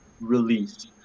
Release